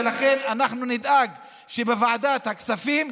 ולכן אנחנו נדאג שבוועדת הכספים,